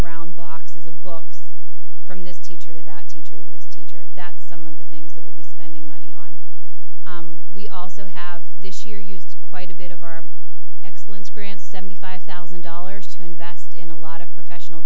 around boxes of books from this teacher that teacher this teacher that some of the things that we spending money on we also have this year used quite a bit of our excellence grant seventy five thousand dollars to invest in a lot of professional